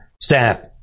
staff